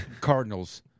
Cardinals